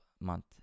month